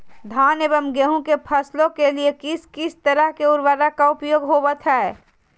धान एवं गेहूं के फसलों के लिए किस किस तरह के उर्वरक का उपयोग होवत है?